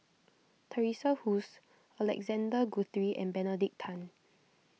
Teresa Hsu Alexander Guthrie and Benedict Tan